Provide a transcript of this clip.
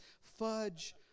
fudge